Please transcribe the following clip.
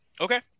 Okay